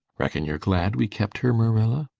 reckon you're glad we kept her, marilla?